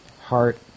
Heart